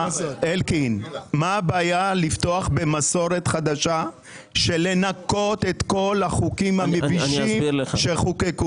מה הבעיה לפתוח במסורת חדשה של לנקות את כל החוקים המבישים שחוקקו?